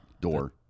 door